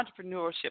entrepreneurship